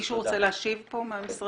מישהו רוצה להשיב פה מהמשרדים?